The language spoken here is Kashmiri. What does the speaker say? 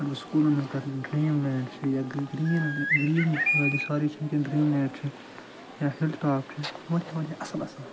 اگر بہٕ سُکولَن ہٕنٛز کَرٕ ڈرٛیٖم لینٛڈ چھُ یا گہِ گرٛیٖن گرٛیٖن ویلی ساری چھُنہٕ کینٛہہ ڈرٛیٖم لینڈ چھُ یا ہِل ٹاپ چھُ واریاہ واریاہ اصٕل اصٕل